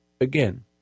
again